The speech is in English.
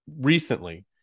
recently